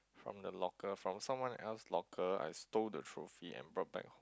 from the local from someone else locker I stole the trophy and brought back home